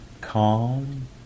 Calm